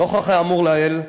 נוכח האמור לעיל,